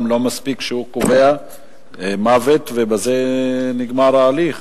לא מספיק שהוא קובע מוות ובזה נגמר ההליך?